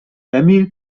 emil